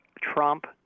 Trump